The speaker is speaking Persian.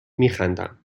میخندم